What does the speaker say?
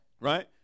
right